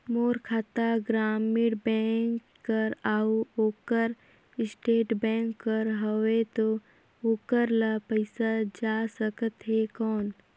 मोर खाता ग्रामीण बैंक कर अउ ओकर स्टेट बैंक कर हावेय तो ओकर ला पइसा जा सकत हे कौन?